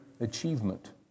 achievement